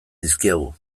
dizkiegu